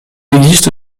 existe